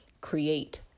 create